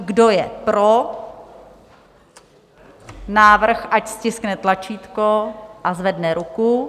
Kdo je pro návrh, ať stiskne tlačítko a zvedne ruku.